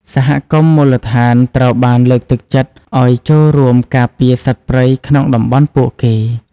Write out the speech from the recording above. សហគមន៍មូលដ្ឋានត្រូវបានលើកទឹកចិត្តឱ្យចូលរួមការពារសត្វព្រៃក្នុងតំបន់ពួកគេ។